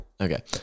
Okay